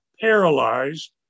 paralyzed